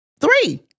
Three